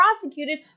prosecuted